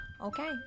Okay